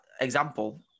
example